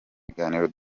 ibiganiro